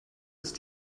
ist